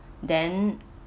then